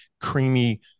creamy